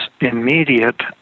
immediate